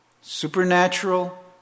supernatural